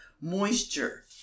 moisture